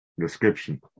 description